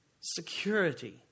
security